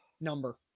number